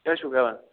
کیاہ چھو کَران